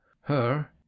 Her—